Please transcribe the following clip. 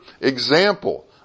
example